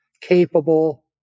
capable